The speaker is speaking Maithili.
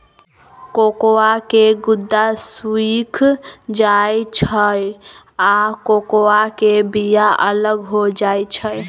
कोकोआ के गुद्दा सुइख जाइ छइ आ कोकोआ के बिया अलग हो जाइ छइ